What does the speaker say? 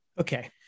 Okay